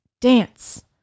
dance